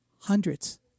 hundreds